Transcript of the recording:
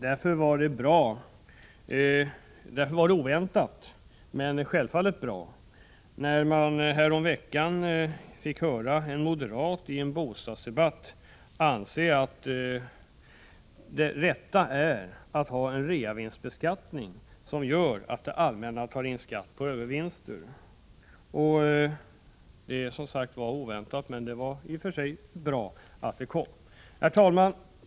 Därför var det oväntat, men självfallet bra, när man härom veckan fick höra en moderat i en bostadsdebatt säga att det rätta är att ha en reavinstbeskattning som gör att det allmänna tar in skatt på övervinster. Det var som sagt oväntat, men det var bra att det kom. Herr talman!